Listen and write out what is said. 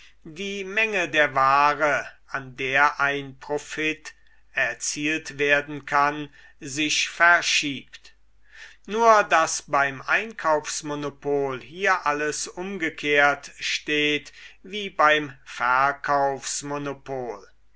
die menge der ware an der ein profit erzielt werden kann sich verschiebt nur daß beim einkaufsmonopol hier alles umgekehrt steht wie beim